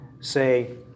say